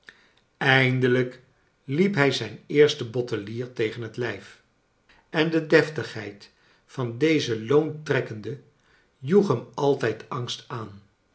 eindelijk liep hij zijn eersten bottelier tegen het lijf en de deftigheid van dezen loontrekkende joeg hem altijd angst aan